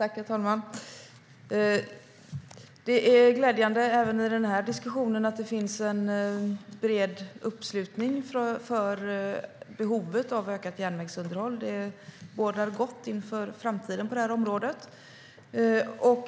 Herr talman! Det är glädjande även i den här diskussionen att det finns en bred uppslutning beträffande behovet av ökat järnvägsunderhåll. Det bådar gott inför framtiden på det här området.